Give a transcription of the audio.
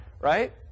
Right